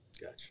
Gotcha